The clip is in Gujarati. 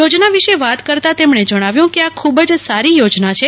યોજના વિશે વાત કરતાં તેમણે જણાવ્યું કે આ ખુબજ સારી યોજના છે